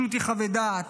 שו"ת "יחווה דעת",